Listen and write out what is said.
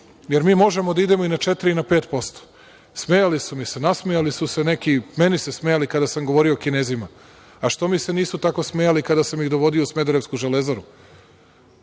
jer mi možemo da idemo i na četiri i na pet posto. Smejali su mi se, nasmejali su se neki, meni se smejali kada sam govorio Kinezima, a što mi se nisu tako smejali kada sam ih dovodio u smederevsku Železaru.